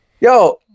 yo